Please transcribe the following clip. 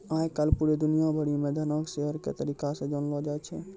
आय काल पूरे दुनिया भरि म धन के शेयर के तरीका से जानलौ जाय छै